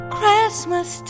Christmas